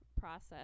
process